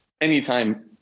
anytime